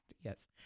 Yes